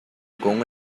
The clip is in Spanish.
con